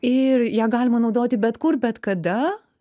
ir ją galima naudoti bet kur bet kada